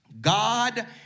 God